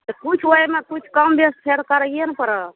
किछु ओहिमे किछु कम बेस फेर करैये ने पड़त